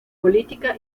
política